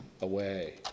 away